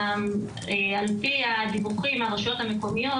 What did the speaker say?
על פי הדיווחים של הרשויות המקומיות